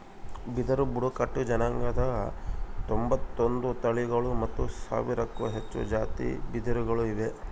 ಬಿದಿರು ಬುಡಕಟ್ಟು ಜನಾಂಗದಲ್ಲಿ ತೊಂಬತ್ತೊಂದು ತಳಿಗಳು ಮತ್ತು ಸಾವಿರಕ್ಕೂ ಹೆಚ್ಚು ಜಾತಿ ಬಿದಿರುಗಳು ಇವೆ